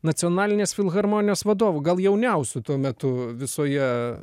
nacionalinės filharmonijos vadovu gal jauniausiu tuo metu visoje